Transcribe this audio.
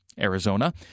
Arizona